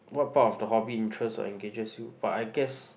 what part of the hobby interests or engages you but I guess